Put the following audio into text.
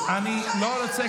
תמשיך,